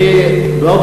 לא בטוח.